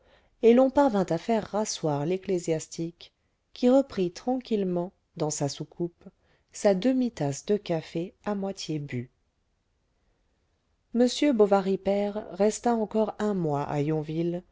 et l'on parvint à faire rasseoir l'ecclésiastique qui reprit tranquillement dans sa soucoupe sa demi-tasse de café à moitié bue m bovary père resta encore un mois à